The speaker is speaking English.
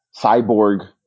cyborg